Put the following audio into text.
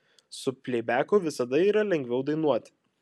su pleibeku visada yra lengviau dainuoti